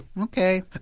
Okay